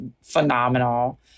phenomenal